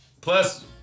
Plus